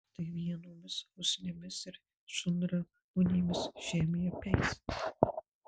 tai vienomis usnimis ir šunramunėmis žemė apeis